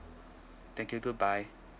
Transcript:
thank you goodbye